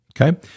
Okay